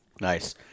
Nice